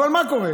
אבל מה קורה?